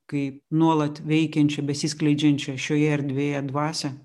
kai nuolat veikiančią besiskleidžiančio šioje erdvėje dvasią